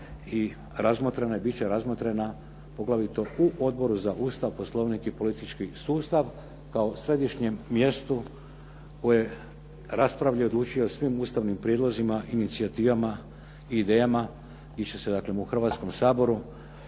i razmotrena i bit će razmotrena poglavito u Odboru za Ustav, Poslovnik i politički sustav kao središnjem mjestu koje raspravlja i odlučuje o svim ustavnim prijedlozima, inicijativama i idejama … /Govornik se